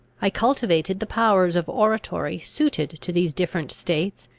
i cultivated the powers of oratory suited to these different states,